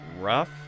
rough